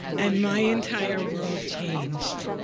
and my entire world changed.